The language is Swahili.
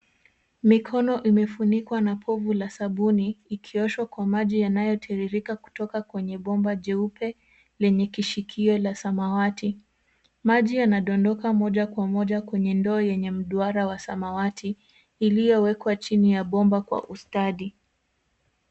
Mikono imefunikwa na povu la sabuni ikioshwa kwa maji yanayotiririka kutoka kwenye bomba jeupe lenye kishikio la samawati. Maji yanadondoka moja kwa moja kwenye ndoo yenye mduara wa samawati iliyowekwa chini ya bomba kwa ustadi.